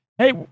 Hey